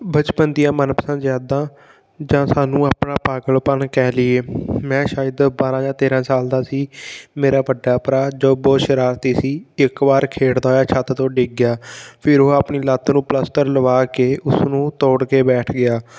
ਬਚਪਨ ਦੀਆਂ ਮਨਪਸੰਦ ਯਾਦਾਂ ਜਾਂ ਸਾਨੂੰ ਆਪਣਾ ਪਾਗਲਪਨ ਕਹਿ ਲਈਏ ਮੈਂ ਸ਼ਾਇਦ ਬਾਰ੍ਹਾਂ ਜਾਂ ਤੇਰ੍ਹਾਂ ਸਾਲ ਦਾ ਸੀ ਮੇਰਾ ਵੱਡਾ ਭਰਾ ਜੋ ਬਹੁਤ ਸ਼ਰਾਰਤੀ ਸੀ ਇੱਕ ਵਾਰ ਖੇਡਦਾ ਹੋਇਆ ਛੱਤ ਤੋਂ ਡਿੱਗ ਗਿਆ ਫਿਰ ਉਹ ਆਪਣੀ ਲੱਤ ਨੂੰ ਪਲਸਤਰ ਲਵਾ ਕੇ ਉਸਨੂੰ ਤੋੜ ਕੇ ਬੈਠ ਗਿਆ